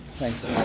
Thanks